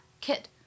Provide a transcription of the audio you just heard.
kit